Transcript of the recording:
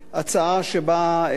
היא הצעה שבאה,